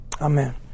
Amen